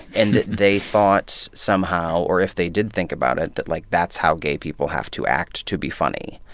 and they thought somehow, or if they didn't think about it, that, like, that's how gay people have to act to be funny.